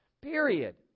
Period